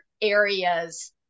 areas